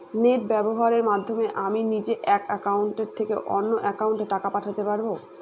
Net ব্যবহারের মাধ্যমে আমি নিজে এক অ্যাকাউন্টের থেকে অন্য অ্যাকাউন্টে টাকা পাঠাতে পারব?